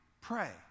pray